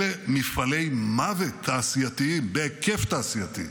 אלה מפעלי מוות תעשייתי, בהיקף תעשייתי,